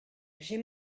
j’ai